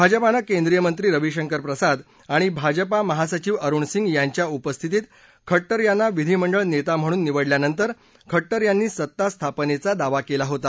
भाजपानं केंद्रीय मंत्री रवी शंकर प्रसाद आणि भाजपा महासचिव अरुण सिंग यांच्या उपस्थितीत खट्टर यांना विधिमंडळ नेता म्हणून निवडल्यानंतर खट्टर यांनी सत्ता स्थापनेचा दावा केला होता